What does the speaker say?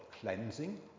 cleansing